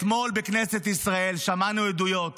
אתמול בכנסת ישראל שמענו עדויות